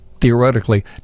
theoretically